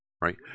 Right